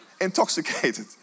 Intoxicated